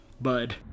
Bud